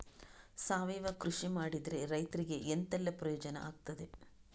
ಸಾವಯವ ಕೃಷಿ ಮಾಡಿದ್ರೆ ರೈತರಿಗೆ ಎಂತೆಲ್ಲ ಪ್ರಯೋಜನ ಆಗ್ತದೆ?